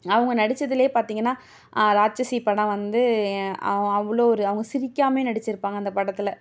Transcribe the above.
அவங்க நடிச்சதுலே பார்த்திங்கன்னா ராட்சசி படம் வந்து அவ்வளோ ஒரு அவங்க சிரிக்காமையே நடிச்சுருப்பாங்க அந்த படத்தில்